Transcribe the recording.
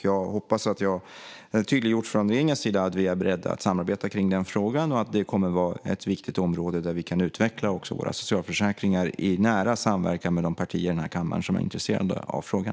Jag hoppas att jag har tydliggjort att vi från regeringens sida är beredda att samarbeta kring frågan och att det kommer att vara ett viktigt område där vi kan utveckla också våra socialförsäkringar i nära samverkan med de partier i kammaren som är intresserade av frågan.